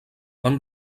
van